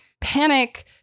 panic